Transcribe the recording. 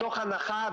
מתוך הנחה,